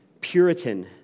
Puritan